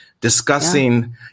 discussing